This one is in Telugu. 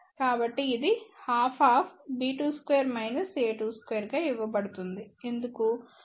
కాబట్టి ఇది 12b22 a22 గా ఇవ్వబడింది ఎందుకు